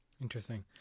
Interesting